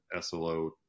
SLO